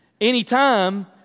anytime